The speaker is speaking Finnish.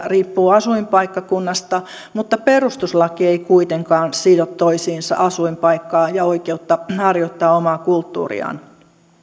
riippuu asuinpaikkakunnasta mutta perustuslaki ei kuitenkaan sido toisiinsa asuinpaikkaa ja oikeutta harjoittaa omaa kulttuuriaan